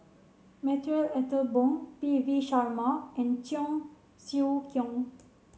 Marie Ethel Bong P V Sharma and Cheong Siew Keong